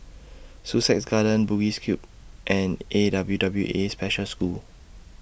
Sussex Garden Bugis Cube and A W W A Special School